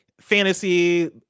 fantasy